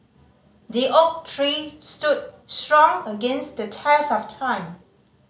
the oak tree stood strong against the test of time